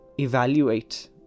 evaluate